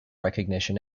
recognition